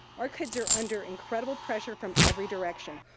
our kids are under incredible pressure from every direction.